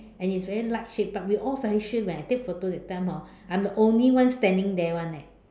and it's very light shaped but we all very sure when I take photo that time hor I'm the only one standing there [one] leh